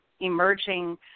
emerging